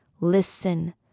Listen